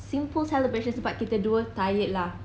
simple celebration sebab kita dua tired lah